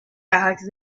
ajax